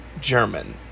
German